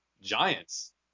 giants